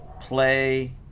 play